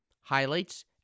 highlights